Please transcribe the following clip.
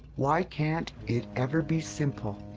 why can't it ever be simple?